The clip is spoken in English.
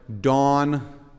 dawn